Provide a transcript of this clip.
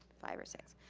five or six.